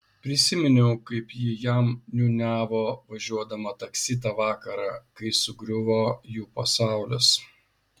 prisiminiau kaip ji jam niūniavo važiuodama taksi tą vakarą kai sugriuvo jų pasaulis